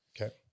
Okay